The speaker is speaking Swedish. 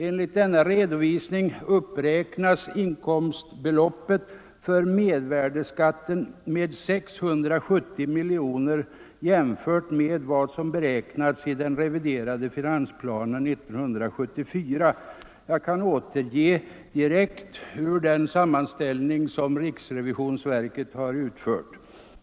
Enligt denna redovisning uppräknas inkomstbeloppet för mervärdeskatten med 670 miljoner jämfört med vad som beräknats i den reviderade finansplanen 1974. Jag kan återge direkt ur den sammanställning som riksrevisionsverket utfört.